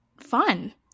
fun